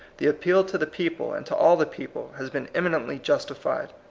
the appeal to the people, and to all the people, has been eminently justified.